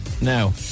now